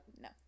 No